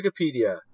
Wikipedia